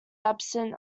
absent